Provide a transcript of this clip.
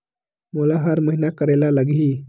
मोला हर महीना करे ल लगही?